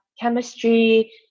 chemistry